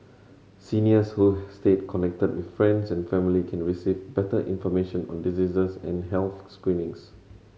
seniors who stay connected with friends and family can receive better information on diseases and health screenings